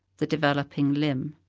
the developing limb.